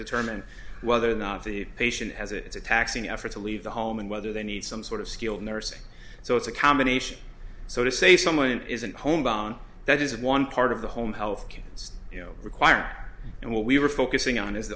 determine whether or not the patient has it's a taxing effort to leave the home and whether they need some sort of skilled nursing so it's a combination so to say someone isn't home bound that is one part of the home health kids you know require and what we were focusing on is